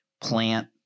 plant